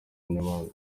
n’ahandi